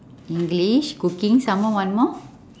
english cooking some more one more